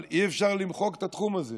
אבל אי-אפשר למחוק את התחום הזה,